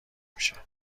میشه